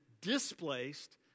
displaced